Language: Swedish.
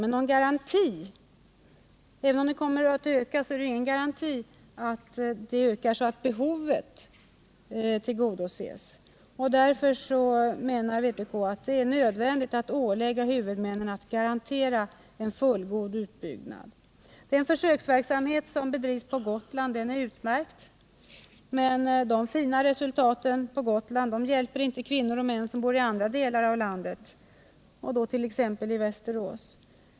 Men även om rådgivningen kommer att öka är det ju inte någon garanti för att den kommer att öka så att behovet tillgodoses. Därför menar vpk att det är nödvändigt att ålägga huvudmännen att garantera en fullgod utbyggnad. Den försöksverksamhet som bedrivs på Gotland är utmärkt. Men de fina resultaten på Gotland hjälper inte kvinnor och män som bor i andra delar av landet, t.ex. i Västervik.